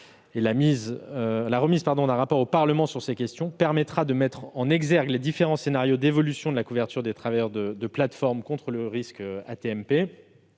La remise d'un rapport au Parlement sur ces questions permettra de mettre en exergue les différents scénarios d'évolution de la couverture des travailleurs de plateformes contre le risque AT-MP.